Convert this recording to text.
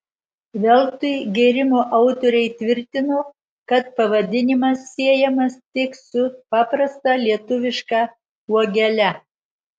veltui gėrimo autoriai tvirtino kad pavadinimas siejamas tik su paprasta lietuviška uogele